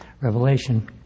Revelation